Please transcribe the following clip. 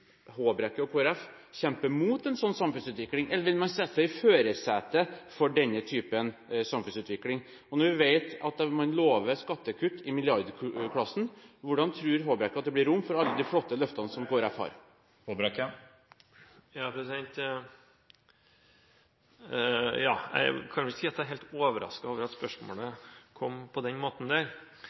Håbrekke og Kristelig Folkeparti kjempe mot en sånn samfunnsutvikling, eller vil man sette seg i førersetet med tanke på denne type samfunnsutvikling? Når vi vet at man lover skattekutt i milliardklassen: Tror representanten Håbrekke at det vil bli rom for alle de flotte løftene som Kristelig Folkeparti har? Jeg kan ikke si at jeg er helt overrasket at spørsmålet kom på denne måten,